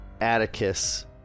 Atticus